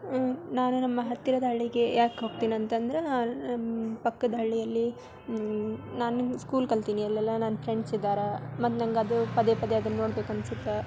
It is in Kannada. ನಾನು ನಮ್ಮ ಹತ್ತಿರದ ಹಳ್ಳಿಗೆ ಯಾಕೆ ಹೋಗ್ತಿನಂತಂದರೆ ಪಕ್ಕದ ಹಳ್ಳಿಯಲ್ಲಿ ನಾನು ಸ್ಕೂಲ್ ಕಲ್ತೀನಿ ಅಲ್ಲೆಲ್ಲ ನನ್ನ ಫ್ರೆಂಡ್ಸ್ ಇದ್ದಾರ ಮತ್ತೆ ನನಗದು ಪದೇ ಪದೇ ಅದನ್ನ ನೋಡ್ಬೇಕನ್ಸುತ್ತೆ